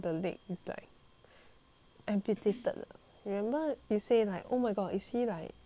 amputated remember you say like oh my god is he like is he wearing prosthetics right